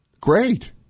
Great